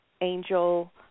angel